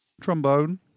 Trombone